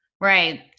Right